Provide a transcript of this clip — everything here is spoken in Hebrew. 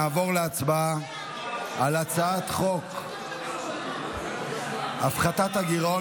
נעבור להצבעה על הצעת חוק הפחתת הגירעון